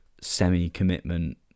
semi-commitment